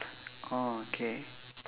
oh okay